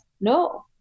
no